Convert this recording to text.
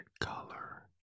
color